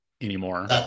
anymore